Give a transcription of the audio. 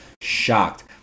shocked